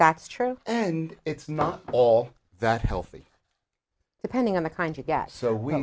it's true and it's not all that healthy depending on the kind you get so w